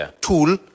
tool